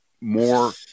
more